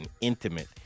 intimate